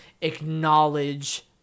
acknowledge